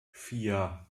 vier